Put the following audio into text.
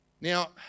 Now